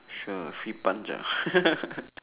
sure free punch ah